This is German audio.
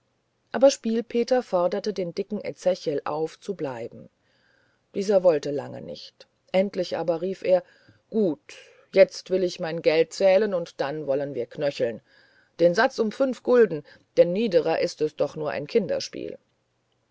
aber spiel peter forderte den dicken ezechiel auf zu bleiben dieser wollte lange nicht endlich aber rief er gut jetzt will ich mein geld zählen und dann wollen wir knöcheln den satz um fünf gulden denn niederer ist es doch nur kinderspiel